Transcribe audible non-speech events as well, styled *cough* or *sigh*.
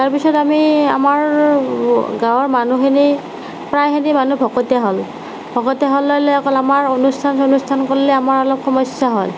তাৰপিছত আমি আমাৰ গাঁৱৰ মানুহখিনি প্ৰায়খিনি মানুহ ভকতীয়া হ'ল ভকতীয়া হ'লে *unintelligible* আমাৰ অনুষ্ঠান চনুষ্ঠান কৰিলে আমাৰ অলপ সমস্য়া হয়